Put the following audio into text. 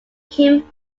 kim